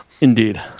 Indeed